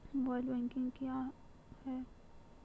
Mobile banking क्या हैं?